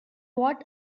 what